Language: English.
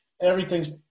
Everything's